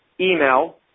Email